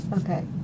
Okay